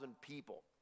people